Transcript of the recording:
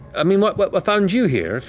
i mean, what but but found you here,